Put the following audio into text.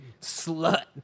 slut